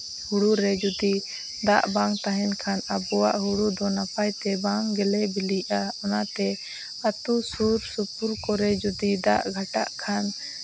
ᱦᱩᱲᱩ ᱨᱮ ᱡᱩᱫᱤ ᱫᱟᱜ ᱵᱟᱝ ᱛᱟᱦᱮᱱ ᱠᱷᱟᱱ ᱟᱵᱚᱣᱟᱜ ᱦᱩᱲᱩ ᱫᱚ ᱱᱟᱯᱟᱭᱛᱮ ᱵᱟᱝ ᱜᱮᱞᱮ ᱵᱤᱞᱤᱜᱼᱟ ᱚᱱᱟᱛᱮ ᱟᱹᱛᱩ ᱥᱩᱨᱼᱥᱩᱯᱩᱨ ᱠᱚᱨᱮ ᱡᱩᱫᱤ ᱫᱟᱜ ᱜᱷᱟᱴᱟᱜ ᱠᱷᱟᱱ